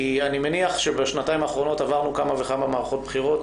כי אני מניח שבשנתיים האחרונות עברנו כמה וכמה מערכות בחירות